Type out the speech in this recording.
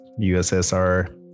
USSR